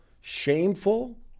shameful